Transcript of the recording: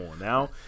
now